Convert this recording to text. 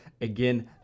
Again